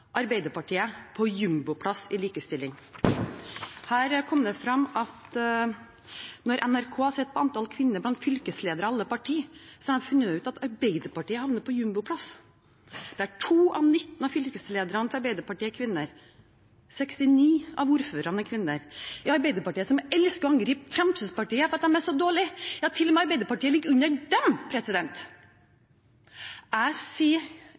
på jumboplass i likestilling». Her kom det frem at da NRK så på antall kvinner blant fylkeslederne i alle partiene, fant de ut at Arbeiderpartiet havnet på jumboplass, der 2 av 19 av fylkeslederne i Arbeiderpartiet er kvinner, og 69 av ordførerne er kvinner. Arbeiderpartiet elsker å angripe Fremskrittspartiet fordi de er så dårlige, men ligger til og med under dem. Jeg sier